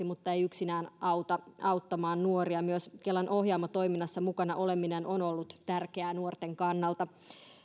mutta ei yksinään riitä auttamaan nuoria myös kelan ohjaamo toiminnassa mukana oleminen on ollut tärkeää nuorten kannalta